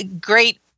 great